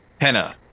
Henna